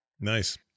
nice